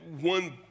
one